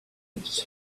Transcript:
its